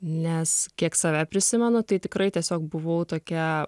nes kiek save prisimenu tai tikrai tiesiog buvau tokia